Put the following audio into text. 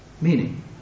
Meaning